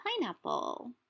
pineapple